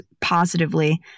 positively